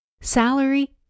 Salary